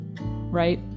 right